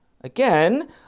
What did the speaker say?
Again